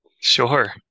Sure